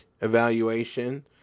evaluation